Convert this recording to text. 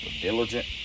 diligent